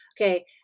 okay